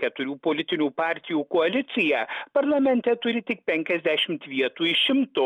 keturių politinių partijų koalicija parlamente turi tik penkiasdešimt vietų iš šimto